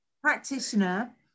practitioner